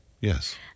yes